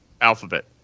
alphabet